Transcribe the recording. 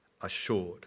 assured